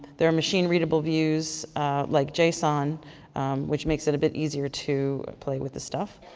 there are machine-readable views like json which makes it a bit easier to play with this stuff.